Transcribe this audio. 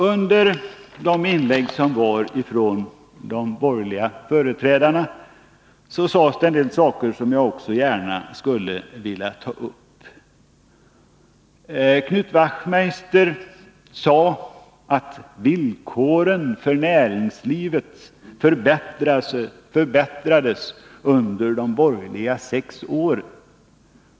I de inlägg som hölls av de borgerliga företrädarna sades det en del som jag också gärna skulle vilja ta upp. Knut Wachtmeister sade att villkoren för näringslivet förbättrades under de sex borgerliga åren.